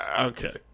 Okay